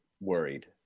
worried